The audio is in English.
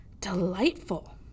delightful